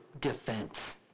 defense